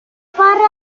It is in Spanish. parra